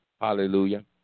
hallelujah